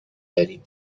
داریم